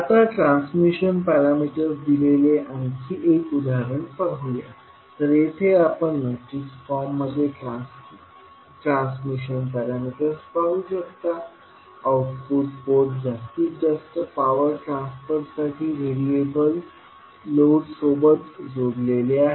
आता transmission parameters दिलेले आणखी एक उदाहरण पाहूया तर येथे आपण मॅट्रिक्स फॉर्ममध्ये ट्रान्समिशन पॅरामीटर्स पाहू शकता आउटपुट पोर्ट जास्तीत जास्त पॉवर ट्रान्सफर साठी व्हेरिएबल लोड सोबत जोडलेले आहे